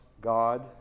God